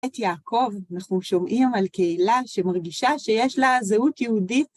את יעקב, אנחנו שומעים על קהילה שמרגישה שיש לה זהות יהודית.